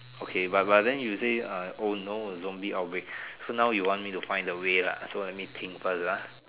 okay but but then you say uh oh no zombie out break so now you want me to find away lah so let me think first ah